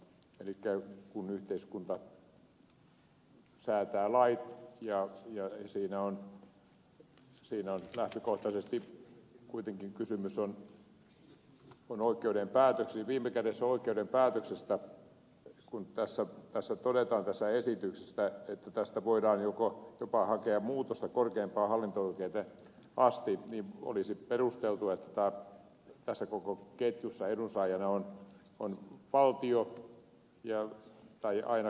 elikkä kun yhteiskunta säätää lait ja siinä on lähtökohtaisesti kuitenkin kysymys viime kädessä oikeuden päätöksestä kun tässä esityksessä todetaan että tästä voidaan jopa hakea muutosta korkeimpaan hallinto oikeuteen asti niin olisi perusteltua että tässä koko ketjussa edunsaajana olisi valtio tai ainakin kunta